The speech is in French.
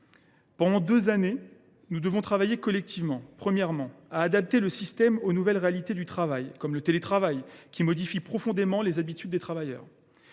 Pendant ces deux années, nous devrons travailler collectivement. Premièrement, nous devrons adapter le système aux nouvelles réalités du travail, comme le télétravail, qui modifie profondément les habitudes des travailleurs.